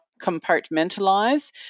compartmentalize